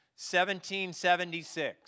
1776